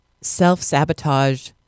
Self-sabotage